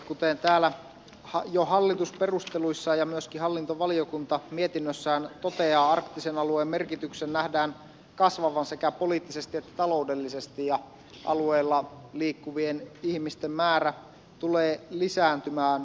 kuten täällä jo hallitus perusteluissaan ja myöskin hallintovaliokunta mietinnössään toteaa arktisen alueen merkityksen nähdään kasvavan sekä poliittisesti että taloudellisesti ja alueella liikkuvien ihmisten määrä tulee lisääntymään